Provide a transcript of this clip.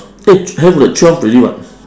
eh have leh twelve already [what]